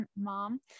mom